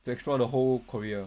to explore the whole korea